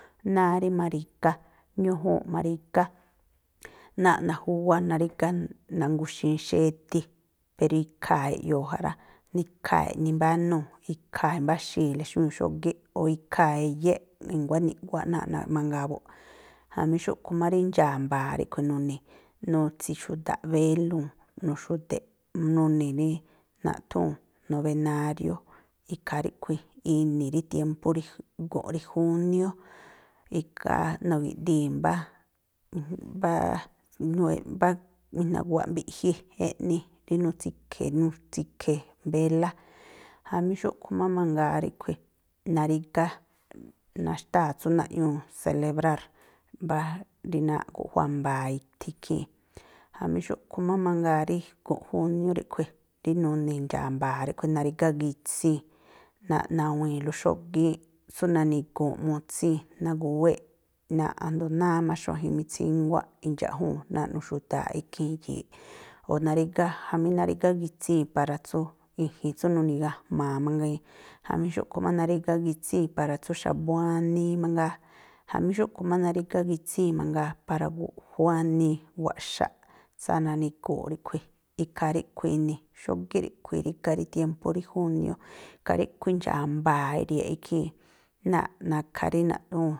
Náá rí ma̱ri̱gá, ñújuunꞌ ma̱ri̱gá, náa̱ꞌ najúwá, narígá nangu̱xi̱i xedi̱, pero ikhaa̱ eꞌyoo̱ ja rá. Ikhaa̱ eꞌnimbánuu̱, ikhaa̱ imbáxi̱i̱le xógíꞌ, o̱ ikhaa̱ eyéꞌ nguá ni̱ꞌwáꞌ náa̱ naꞌ mangaa buꞌ. Jamí xúꞌkhui̱ má rí ndaa̱ mbaa̱ ríꞌkhui̱ nuni̱ nutsi̱xu̱da̱a̱ꞌ béluu̱n, nuxu̱de̱ꞌ, nuni̱ rí naꞌthúún nobenárió. Ikhaa ríꞌkhui̱ ini̱ rí tiémpú rí gu̱nꞌ rí júniú. Ikhaa nugi̱ꞌdii̱ mbá, mbáá mbá mijnagu̱wa̱ꞌ mbiꞌji eꞌni rí nutsi̱khe̱ nitsi̱khe̱ ndélá. Jamí xúꞌkhui̱ má mangaa ríꞌkhui̱, narígá, naxtáa̱ tsú naꞌñuu selebrár mbá rí náa̱ꞌ guꞌjuá mbaa̱ ithi ikhii̱n. Jamí xúꞌkhui̱ má mangaa rí gu̱nꞌ júniú ríꞌkhui̱, rí nuni̱ ndxaa̱ mbaa̱ ríꞌkhui̱, narígá gitsíi̱n, náa̱ꞌ nawi̱i̱nlú xógíínꞌ tsú nani̱gu̱unꞌ mutsíi̱n, naguwéꞌ náa̱ꞌ a̱jndo̱o náá má xuajin mitsínguáꞌ, indxa̱ꞌjuu̱n, náa̱ꞌ nuxu̱da̱a̱ꞌ ikhii̱n yi̱i̱ꞌ. O̱ narígá, jamí narígá gitsíi̱n para tsú i̱ji̱n tsú nuni̱gajma̱a̱ mangiin. Jamí xúꞌkhui má narígá gitsíi̱n para tsú xa̱bu̱ wanii mangaa. Jamí xúꞌkhui̱ má narígá gitsíi̱n mangaa para gu̱ꞌjú wanii, wa̱ꞌxaꞌ, tsáá nani̱gu̱u̱ꞌ ríꞌkhui̱. Ikhaa ríꞌkhui̱ ini̱. Xógíꞌ ríꞌkhui̱ irígá rí tiémpú rí júniú. Ikhaa ríꞌkhui̱ rí ndxaa̱ mbaa̱ iri̱ye̱ꞌ ikhii̱n. Náa̱ꞌ nakha rí naꞌthúún.